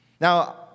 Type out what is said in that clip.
now